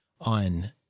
on